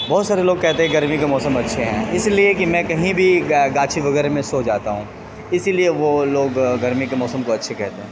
بہت سارے لوگ کہتے ہیں گرمی کے موسم اچھے ہیں اس لیے کہ میں کہیں بھی گاچھی وغیرہ میں سو جاتا ہوں اسی لیے وہ لوگ گرمی کے موسم کو اچھے کہتے ہیں